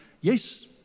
Yes